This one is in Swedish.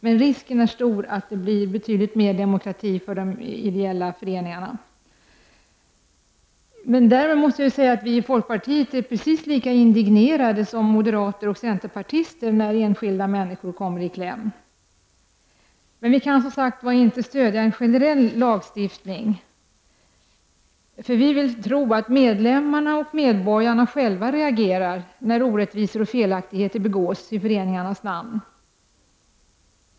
Men risken är stor att det blir betydligt mera av byråkrati för de ideella föreningarnas del. Vi i folkpartiet blir lika indignerade som moderater och centerpartister när enskilda människor kommer i kläm. Men, som sagt, vi kan ändå inte stödja förslag om en generell lagstiftning. Vi vill tro att medlemmarna och medborgarna själva reagerar när orättvisor och felaktigheter förekommer i föreningarnas namn.